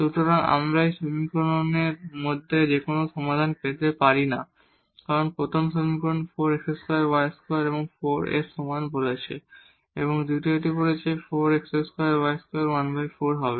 সুতরাং আমরা এই 2 সমীকরণের মধ্যে কোন সমাধান পেতে পারি না কারণ প্রথম সমীকরণ 4 x2 y2 4 এর সমান বলেছে এবং দ্বিতীয়টি বলছে 4 x2 y2 14 হবে